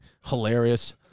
Hilarious